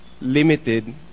limited